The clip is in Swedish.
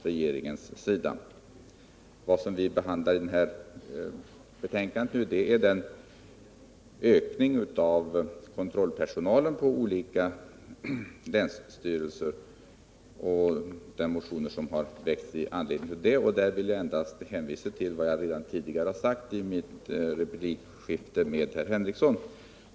I detta utskottsbetänkande behandlas frågan om en ökning av kontrollpersonalen på olika länsstyrelser och de motioner som har väckts med anledning därav. Därvidlag vill jag hänvisa till vad jag tidigare har sagt i mitt replikskifte med Lars Henrikson.